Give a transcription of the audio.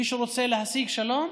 מי שרוצה להשיג שלום,